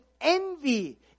envy